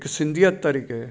हिकु सिंधियत तरीक़े